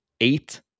eight